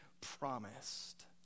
promised